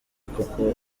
kuko